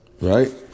Right